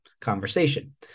conversation